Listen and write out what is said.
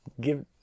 give